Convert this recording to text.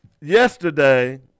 yesterday